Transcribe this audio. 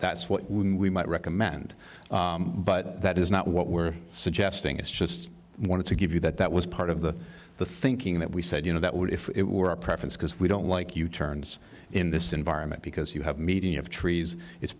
that's what we might recommend but that is not what we're suggesting it's just wanted to give you that that was part of the the thinking that we said you know that would if it were a preference because we don't like u turns in this environment because you have a meeting of trees it's